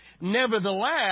nevertheless